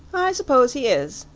i suppose he is,